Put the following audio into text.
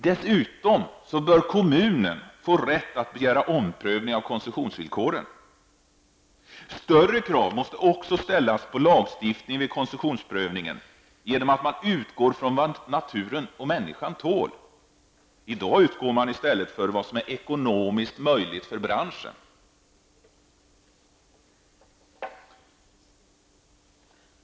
Dessutom måste kommunen få rätt att begära omprövning av koncessionsvillkoren. Större krav måste också ställas i lagstiftningen genom att man vid koncessionsprövningen utgår från vad naturen och människan tål. I dag utgår man i stället från vad som är ekonomiskt möjligt för branschen.